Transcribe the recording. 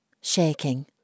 shaking